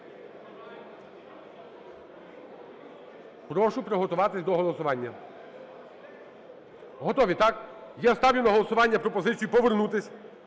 Прошу приготуватись до голосування. Готові, так? Я ставлю на голосування пропозицію повернутись